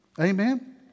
Amen